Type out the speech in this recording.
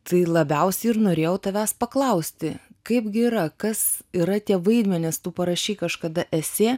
tai labiausiai ir norėjau tavęs paklausti kaipgi yra kas yra tie vaidmenys tu parašei kažkada esė